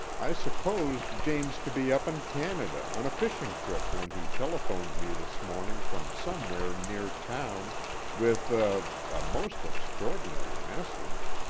i supposed james to be up in canada on a fishing trip when he telephoned me this morning from somewhere near town with a a most extraordinary message